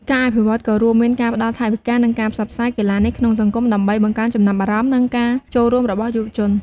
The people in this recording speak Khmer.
ការអភិវឌ្ឍន៍ក៏រួមមានការផ្តល់ថវិកា និងការផ្សព្វផ្សាយកីឡានេះក្នុងសង្គម ដើម្បីបង្កើនចំណាប់អារម្មណ៍ និងការចូលរួមរបស់យុវជន។